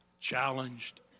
challenged